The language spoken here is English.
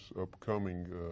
upcoming